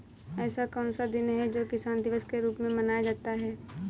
ऐसा कौन सा दिन है जो किसान दिवस के रूप में मनाया जाता है?